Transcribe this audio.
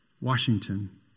Washington